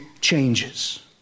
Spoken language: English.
changes